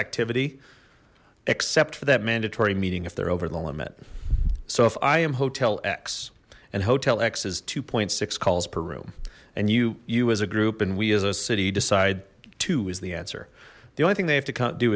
activity except for that mandatory meeting if they're over the limit so if i am hotel x and hotel x is two six calls per room and you you as a group and we as a city decide to is the answer the only thing they have to do